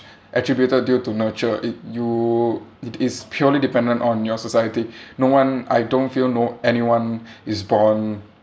attributed due to nurture it you it is purely dependent on your society no one I don't feel know anyone is born